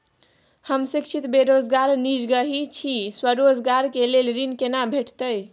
हम शिक्षित बेरोजगार निजगही छी, स्वरोजगार के लेल ऋण केना भेटतै?